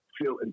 feel